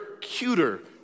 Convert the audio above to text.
cuter